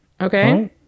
Okay